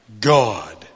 God